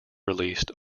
released